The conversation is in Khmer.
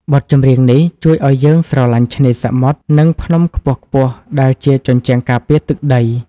បទចម្រៀងនេះជួយឱ្យយើងស្រឡាញ់ឆ្នេរសមុទ្រ និងភ្នំខ្ពស់ៗដែលជាជញ្ជាំងការពារទឹកដី។